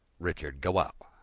richard gwow